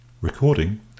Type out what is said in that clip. Recording